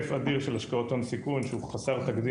יותר מ-20 מיליארד דולר בשנה הקודמת.